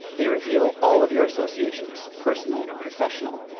they reveal all of your associations, personal, professional,